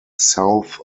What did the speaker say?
south